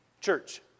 church